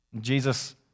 Jesus